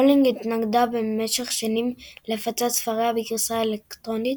רולינג התנגדה במשך שנים להפצת ספריה בגרסה אלקטרונית,